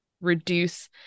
reduce